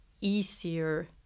easier